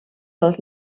dels